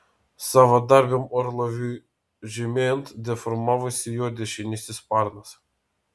savadarbiam orlaiviui žemėjant deformavosi jo dešinysis sparnas